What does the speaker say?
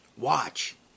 Watch